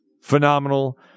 phenomenal